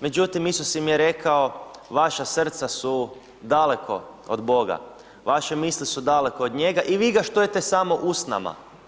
međutim Isus im je rekao vaša srca su daleko od Boga, vaše misli su daleko od njega i vi ga štujete samo usnama.